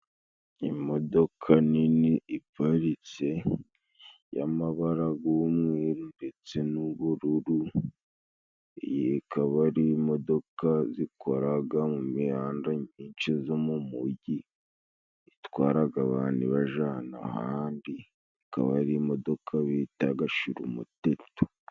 Imodoka nini iparitse y'amabara g'umweru ndetse n'ubururu, iyi ikaba ari imodoka zikoraga mu mihanda myinshi zo mu mujyi, itwaraga abantu ibajana ahandi, ikaba ari imodoka bitaga Shirumuteto.